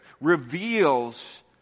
reveals